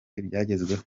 ibyagezweho